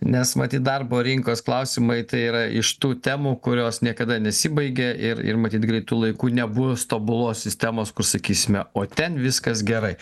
nes matyt darbo rinkos klausimai tai yra iš tų temų kurios niekada nesibaigia ir ir matyt greitu laiku nebus tobulos sistemos kur sakysime o ten viskas gerai